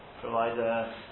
provide